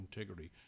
integrity